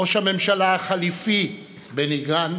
ראש הממשלה החליפי בני גנץ,